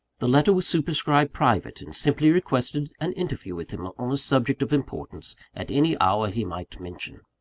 the letter was superscribed private and simply requested an interview with him on a subject of importance, at any hour he might mention.